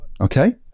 okay